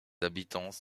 habitants